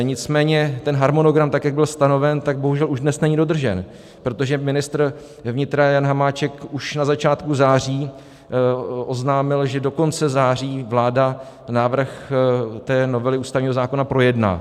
Nicméně ten harmonogram, jak byl stanoven, bohužel už dnes není dodržen, protože ministr vnitra Jan Hamáček už na začátku září oznámil, že do konce září vláda návrh novely ústavního zákona projedná.